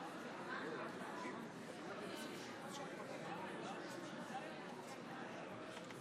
אני שמח לבשר על תוצאות ההצבעה.